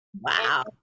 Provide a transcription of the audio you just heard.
wow